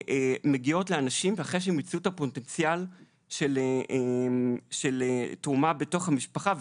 יגיעו לאנשים אחרי שהם מיצו את הפוטנציאל של תרומה בתוך המשפחה,